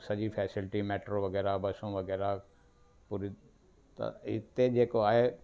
सॼी facility metro वग़ैरह बसूं वग़ैरह हिते पूरियूं जेको आहे